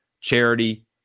charity